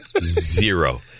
zero